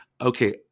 Okay